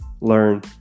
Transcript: learn